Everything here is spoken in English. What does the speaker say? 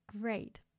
great